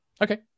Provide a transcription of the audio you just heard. Okay